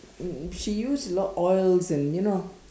she used a lot oils and you know